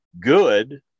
good